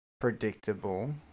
predictable